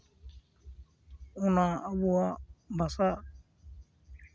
ᱚᱱᱟ ᱟᱵᱚᱣᱟᱜ ᱵᱷᱟᱥᱟ